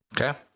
Okay